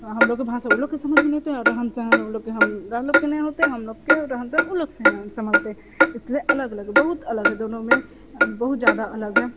हमलोगके भाषा ओ लोगके समझ नहि एतै आओर रहन सहन ओ लोगके हमरा लोगके नहि होतै हमलोगके रहन सहन ओ लोगसे नहि सम्हलतै इसलिए अलग अलग बहुत अलग हइ दोनोमे बहुत जादा अलग हइ